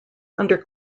under